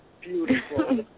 Beautiful